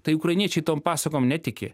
tai ukrainiečiai tom pasakom netiki